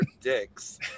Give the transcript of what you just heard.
dicks